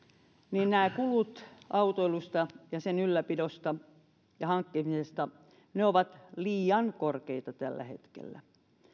niin kulut autoilusta ja auton ylläpidosta ja hankkimisesta ovat liian korkeita tällä hetkellä